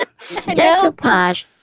decoupage